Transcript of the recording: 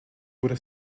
bude